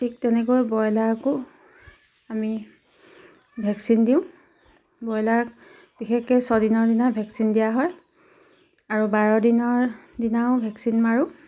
ঠিক তেনেকৈ ব্ৰইলাৰকো আমি ভেকচিন দিওঁ বইলাৰ বিশেষকৈ ছদিনৰ দিনা ভেকচিন দিয়া হয় আৰু বাৰ দিনৰ দিনাও ভেকচিন মাৰোঁ